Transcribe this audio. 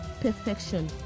perfection